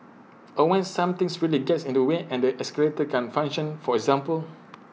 or when something really gets in the way and the escalator can't function for example